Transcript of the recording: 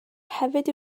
hefyd